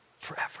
forever